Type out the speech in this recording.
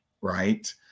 right